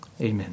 Amen